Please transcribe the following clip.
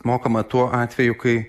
mokama tuo atveju kai